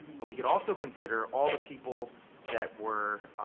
and we can also consider all the people that were